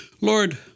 Lord